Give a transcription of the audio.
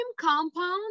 compound